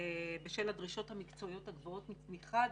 בשל הדרישות המקצועיות הגבוהות מחד,